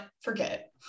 forget